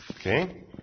Okay